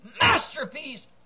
masterpiece